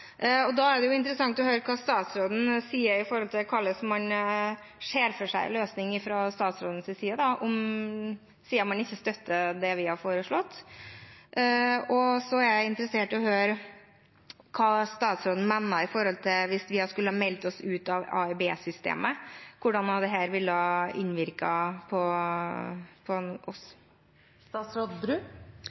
Da er det interessant å høre hvordan statsråden ser for seg en løsning, siden man ikke støtter det vi har foreslått. Så er jeg interessert i å høre hva statsråden mener om hvordan det hadde påvirket oss om vi hadde meldt oss ut av AIB-systemet. Jeg deler mange av de betraktningene som Arbeiderpartiet har om behovet for denne tydeliggjøringen, som jeg også sa i mitt innlegg. Det